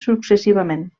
successivament